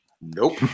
nope